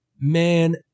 man